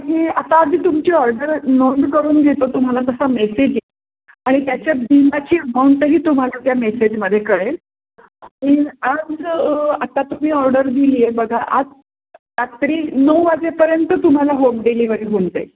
हे आता आधी तुमची ऑर्डर नोंद करून घेतो तुम्हाला तसा मेसेज येईल आणि त्याच्या बिलाची अमाऊंटही तुम्हाला त्या मेसेजमध्ये कळेल आणि आज आता तुम्ही ऑर्डर दिली आहे बघा आज रात्री नऊ वाजेपर्यंत तुम्हाला होम डिलिव्हरी होऊन जाईल